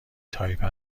تایپه